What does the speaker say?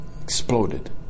exploded